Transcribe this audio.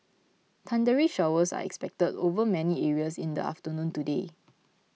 thundery showers are expected over many areas in the afternoon today